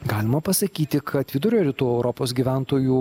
galima pasakyti kad vidurio rytų europos gyventojų